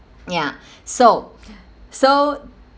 ya so so